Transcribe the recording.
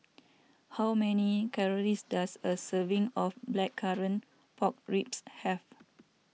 how many calories does a serving of Blackcurrant Pork Ribs have